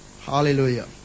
Hallelujah